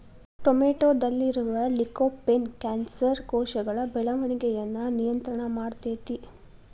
ಟೊಮೆಟೊದಲ್ಲಿರುವ lycopene cancer ಕೋಶಗಳ ಬೆಳವಣಿಗಯನ್ನ ನಿಯಂತ್ರಣ ಮಾಡ್ತೆತಿ